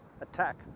attack